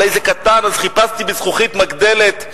ואולי זה קטן אז חיפשתי בזכוכית מגדלת,